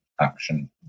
action